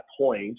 point